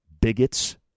bigots